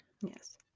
yes